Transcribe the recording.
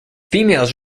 females